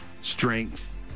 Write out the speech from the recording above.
strength